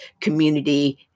community